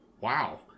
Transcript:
wow